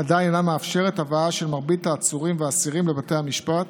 עדיין אינה מאפשרת הבאה של מרבית העצורים והאסירים לבתי המשפט,